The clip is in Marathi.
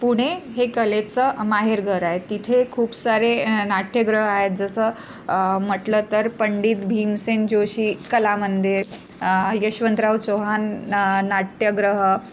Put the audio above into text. पुणे हे कलेचं माहेरघर आहे तिथे खूप सारे नाट्यगृह आहेत जसं म्हटलं तर पंडित भीमसेन जोशी कला मंदिर यशवंतराव चव्हाण न नाट्यगृह